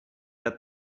that